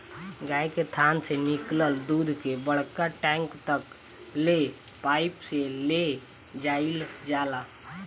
गाय के थान से निकलल दूध के बड़का टैंक तक ले पाइप से ले जाईल जाला